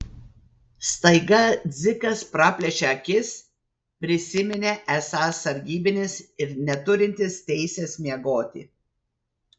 staiga dzikas praplėšė akis prisiminė esąs sargybinis ir neturintis teisės miegoti